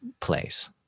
place